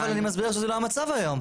אבל אני מסביר לך שזה לא המצב היום.